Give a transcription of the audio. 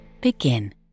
Begin